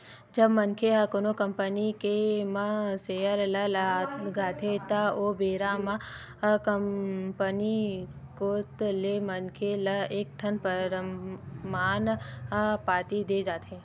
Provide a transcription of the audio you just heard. जब मनखे ह कोनो कंपनी के म सेयर ल लगाथे त ओ बेरा म कंपनी कोत ले मनखे ल एक ठन परमान पाती देय जाथे